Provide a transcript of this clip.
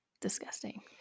Disgusting